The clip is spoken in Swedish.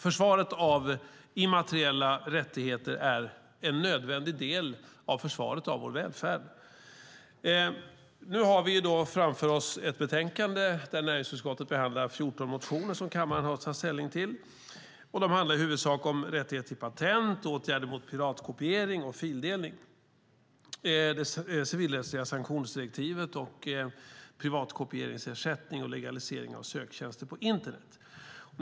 Försvaret av immateriella rättigheter är en nödvändig del av försvaret av vår välfärd. Nu har vi framför oss ett betänkande där näringsutskottet behandlar 14 motioner som kammaren har att ta ställning till, och de handlar i huvudsak om rättighet till patent, åtgärder mot piratkopiering och fildelning, det civilrättsliga sanktionsdirektivet, privatkopieringsersättning och legalisering av söktjänster på internet.